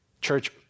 Church